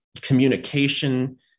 communication